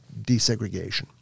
desegregation